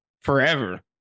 forever